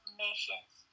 missions